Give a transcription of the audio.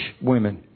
women